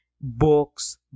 books